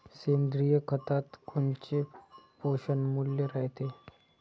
सेंद्रिय खतात कोनचे पोषनमूल्य रायते?